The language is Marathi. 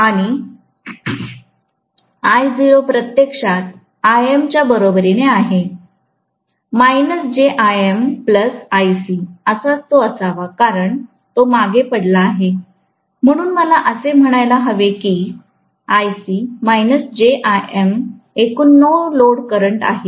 आणि Io प्रत्यक्षात Im च्या बरोबरीने आहे असाच तो असावा कारण तो मागे पडला आहे म्हणून मला असे म्हणायला हवे की एकूण नो लोड करंट आहे